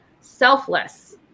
selfless